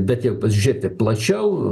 bet jeigu pasižiūrėti plačiau